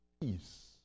peace